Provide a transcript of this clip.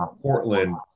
Portland